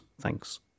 Thanks